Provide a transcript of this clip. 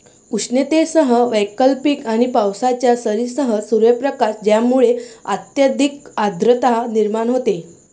उष्णतेसह वैकल्पिक आणि पावसाच्या सरींसह सूर्यप्रकाश ज्यामुळे अत्यधिक आर्द्रता निर्माण होते